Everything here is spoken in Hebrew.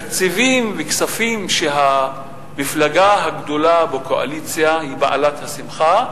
תקציבים וכספים שהמפלגה הגדולה בקואליציה היא בעלת השמחה,